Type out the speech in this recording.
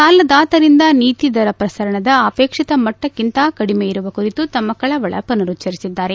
ಸಾಲದಾತರಿಂದ ನೀತಿ ದರ ಪ್ರಸರಣದ ಅಶೇಕ್ಷಿತ ಮಟ್ಟಕ್ಕಿಂತ ಕಡಿಮೆ ಇರುವ ಕುರಿತು ತಮ್ಮ ಕಳವಳ ಪುನರುಚ್ಚರಿಸಿದ್ದಾರೆ